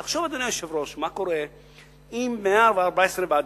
תחשוב, אדוני היושב-ראש, מה קורה אם 114 ועדות,